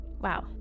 Wow